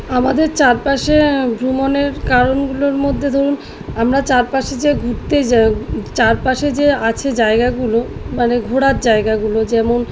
আমাদের চারপাশে ভ্রমণের কারণগুলোর মধ্যে ধরুন আমরা চারপাশে যে ঘুরতে যাই চারপাশে যে আছে জায়গাগুলো মানে ঘোরার জায়গাগুলো যেমন